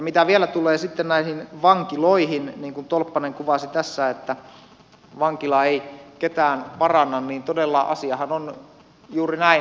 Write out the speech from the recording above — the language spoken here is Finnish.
mitä vielä tulee näihin vankiloihin niin kuin tolppanen kuvasi tässä että vankila ei ketään paranna niin todella asiahan on juuri näin